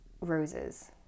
roses